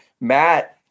Matt